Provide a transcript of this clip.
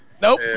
Nope